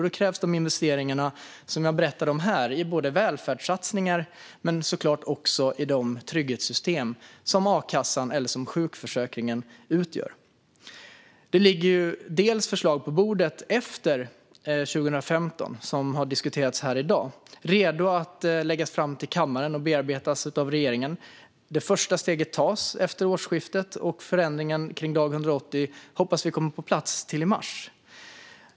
Då krävs de investeringar som jag berättade om här i både välfärdssatsningar och, såklart, de trygghetssystem som akassan eller sjukförsäkringen utgör. Det ligger förslag på bordet efter 2015, som har diskuterats här i dag, redo att läggas fram till kammaren och bearbetas av regeringen. Det första steget tas efter årsskiftet, och vi hoppas att förändringen kring dag 180 kommer på plats till i mars.